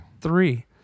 Three